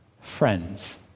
Friends